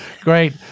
Great